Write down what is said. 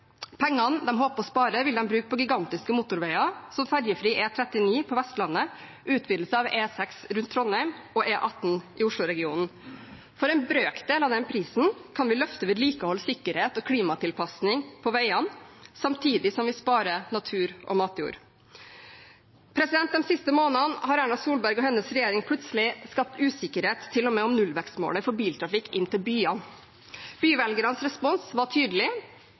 Pengene de håper å spare, vil de bruke på gigantiske motorveier, som ferjefri E39 på Vestlandet, utvidelse av E6 rundt Trondheim og E18 i Oslo-regionen. For en brøkdel av den prisen kan vi løfte opp vedlikehold, sikkerhet og klimatilpasning på veiene samtidig som vi sparer natur og matjord. Den siste måneden har Erna Solberg og hennes regjering plutselig skapt usikkerhet til og med om nullvekstmålet for biltrafikk inn til byene. Byvelgernes respons var tydelig: